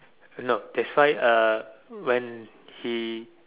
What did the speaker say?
no that's why uh when he